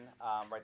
right